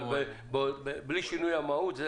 אבל בלי שינוי המהות,